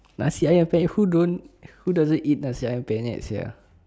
nasi ayam penyet who don't who doesn't eat nasi ayam penyet sia